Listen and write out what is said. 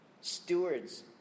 stewards